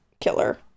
killer